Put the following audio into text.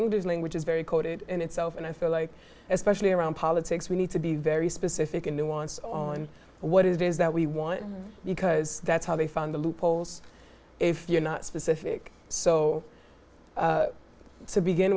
english language is very coded in itself and i feel like especially around politics we need to be very specific in nuance on what it is that we want you because that's how they found the loopholes if you're not specific so to begin